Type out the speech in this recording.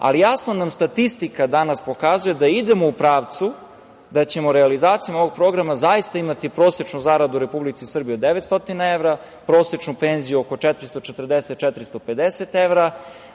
ali jasno nam statistika danas pokazuje da idemo u pravcu da ćemo realizacijom ovog programa zaista imati prosečnu zaradu u Republici Srbiji od 900 evra, prosečnu penziju oko 440-450 evra,